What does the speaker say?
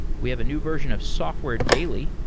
we have a new version of software daily,